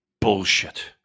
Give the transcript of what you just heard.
bullshit